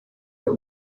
der